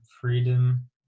freedom